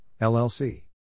LLC